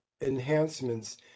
enhancements